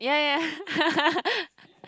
yeah yeah yeah